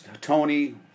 tony